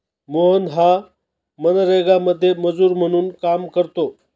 मोहन हा मनरेगामध्ये मजूर म्हणून काम करतो